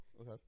Okay